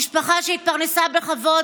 משפחה שהתפרנסה בכבוד,